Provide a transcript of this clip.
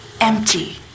empty